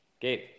Gabe